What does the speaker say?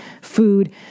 food